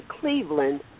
Cleveland